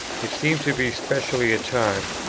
it seemed to be specially a time,